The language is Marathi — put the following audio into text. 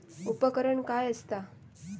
उपकरण काय असता?